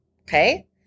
Okay